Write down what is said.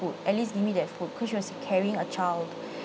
at least give me that food because she was carrying a child